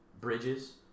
Bridges